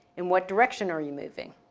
and what direction are you moving?